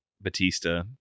Batista